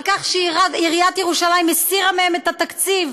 על כך שעיריית ירושלים הסירה מהם את התקציב,